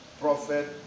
prophet